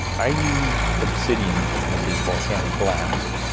i use obsidian which is volcanic glass.